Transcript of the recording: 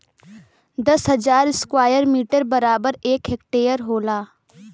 दस हजार square metre बराबर एक हेक्टेयर होला